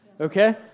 okay